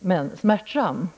men smärtsam väg.